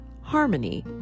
harmony